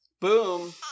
boom